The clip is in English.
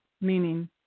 meaning